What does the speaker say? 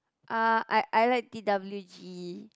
uh I I like T_W_G